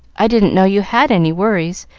i didn't know you had any worries,